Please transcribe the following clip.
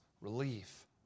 relief